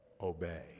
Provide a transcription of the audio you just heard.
obey